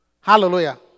Hallelujah